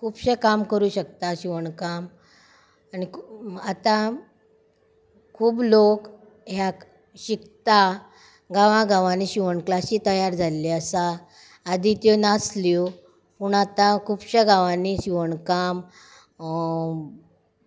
खुबशें काम करूं शकता शिवणकाम आनी आतां खूब लोक ह्याक शिकता गांवां गांवांनी शिवण क्लासी तयार जाल्ले आसा आदीं त्यो नासल्यो पूण आतां खुबशा गांवांनी शिवणकाम